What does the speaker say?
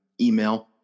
email